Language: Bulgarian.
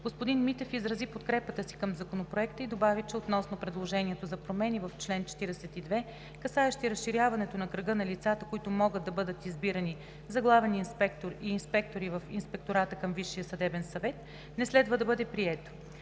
Господин Митев изрази подкрепата си към Законопроекта и добави, че относно предложението за промени в чл. 42, касаещи разширяването на кръга на лицата, които могат да бъдат избирани за главен инспектор и инспектори в Инспектората към Висшия съдебен съвет, не следва да бъде прието.